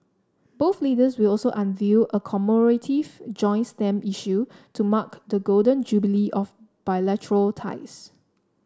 both leaders will also unveil a commemorative joint stamp issue to mark the Golden Jubilee of bilateral ties